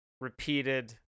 Repeated